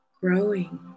growing